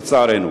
לצערנו.